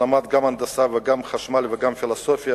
שלמד גם הנדסה, גם חשמל וגם פילוסופיה,